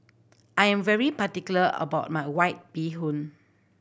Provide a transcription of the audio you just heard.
I am very particular about my White Bee Hoon